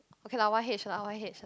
okay lah Y_H lah Y_H